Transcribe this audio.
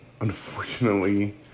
unfortunately